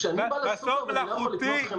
כשאני בא לסופר ומעוניין לקנות חמאה,